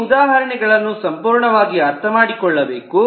ಈ ಉದಾಹರಣೆಗಳನ್ನು ಸಂಪೂರ್ಣವಾಗಿ ಅರ್ಥಮಾಡಿಕೊಳ್ಳಬೇಕು